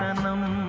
um moment